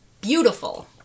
beautiful